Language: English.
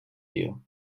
deal